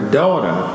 daughter